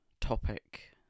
topic